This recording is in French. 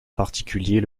particulier